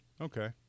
okay